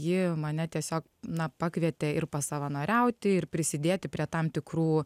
ji mane tiesiog na pakvietė ir pasavanoriauti ir prisidėti prie tam tikrų